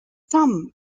some